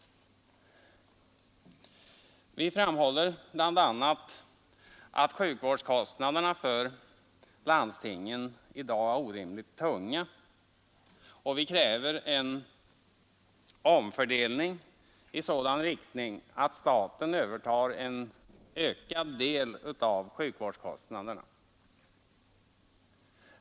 Vi framhåller bl.a. att sjukvårdskostnaderna för landstingen i dag är orimligt tunga, och vi kräver en omfördelning i sådan riktning att staten övertar en ökad del av sjukvårdskostnaderna.